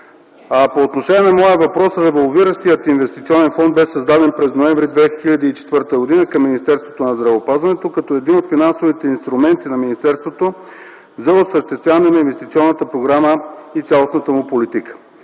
По отношение на моя въпрос, револвиращият инвестиционен фонд беше създаден през м. ноември 2004 г. към Министерство на здравеопазването, като един от финансовите инструменти на Министерството за осъществяване на инвестиционната програма и цялостната му политика.